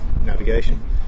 navigation